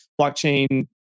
blockchain